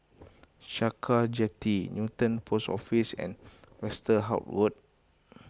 Sakra Jetty Newton Post Office and Westerhout Road